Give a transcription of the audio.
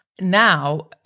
now